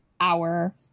hour